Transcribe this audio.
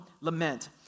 lament